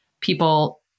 people